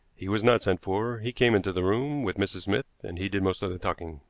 he was not sent for he came into the room with mrs. smith and he did most of the talking.